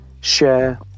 share